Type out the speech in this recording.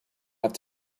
have